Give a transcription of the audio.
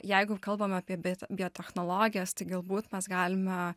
jeigu kalbam apie bė biotechnologijas tai galbūt mes galime